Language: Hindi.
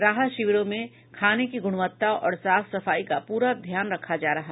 राहत शिविरों में खाने की गुणवत्ता और साफ सफाई का पूरा ध्यान रखा जा रहा